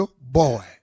Boy